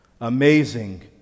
Amazing